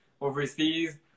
overseas